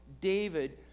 David